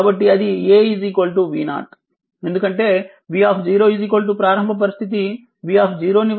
కాబట్టి అది A V0 ఎందుకంటే v ప్రారంభ పరిస్థితి v ని వ్రాయడం v V0